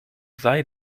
sei